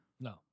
No